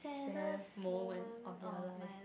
saddest moment of your life